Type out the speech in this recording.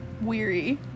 weary